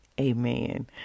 Amen